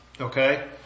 Okay